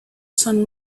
sun